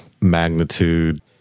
magnitude